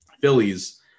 Phillies